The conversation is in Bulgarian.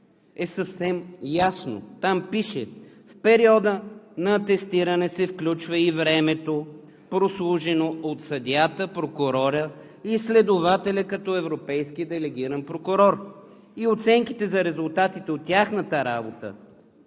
е съвсем ясно. Там пише: в периода на атестиране се включва и времето им, прослужено от съдията, прокурора и следователя, като европейски делегирани прокурори, и оценките за резултатите от тяхната работа